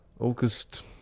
August